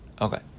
Okay